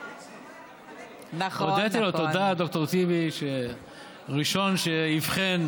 ד"ר טיבי לפחות